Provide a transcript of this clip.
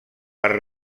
per